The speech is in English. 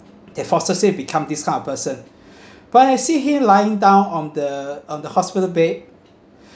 their pastor say become this kind of person but I see him lying down on the on the hospital bed